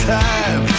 time